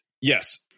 yes